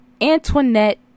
Antoinette